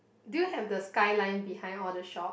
do you have the skyline behind all the shop